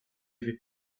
wiesz